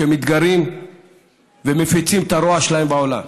שמתגרים ומפיצים את הרוע שלהם בעולם.